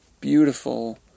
beautiful